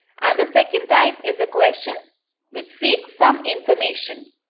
and the second type is a question which seeks some information.